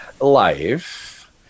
Life